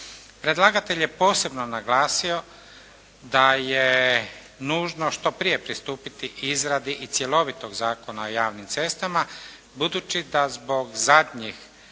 Predlagatelj je posebno naglasio da je nužno što prije pristupiti izradi i cjelovitog Zakona o javnim cestama, budući da zbog zadnjih